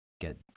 get